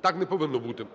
Так не повинно бути.